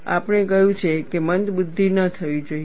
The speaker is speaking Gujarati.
આપણે કહ્યું છે કે મંદબુદ્ધિ ન થવી જોઈએ